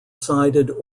sided